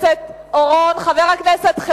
חבר הכנסת אורון,